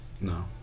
No